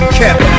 kept